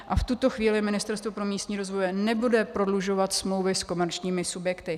A v tuto chvíli Ministerstvo pro místní rozvoj nebude prodlužovat smlouvy s komerčními subjekty.